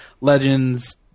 Legends